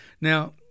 now